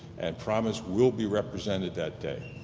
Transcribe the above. and promis will be represented that day.